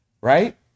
right